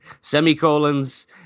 semicolons